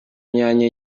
myanya